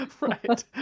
Right